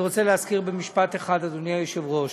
אני רוצה להזכיר במשפט אחד, אדוני היושב-ראש,